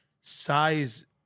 size